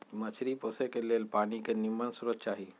मछरी पोशे के लेल पानी के निम्मन स्रोत चाही